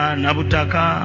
nabutaka